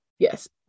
Yes